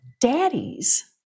daddies